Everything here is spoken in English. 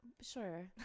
Sure